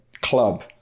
club